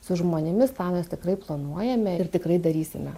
su žmonėmis tą mes tikrai planuojame ir tikrai darysime